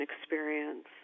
experience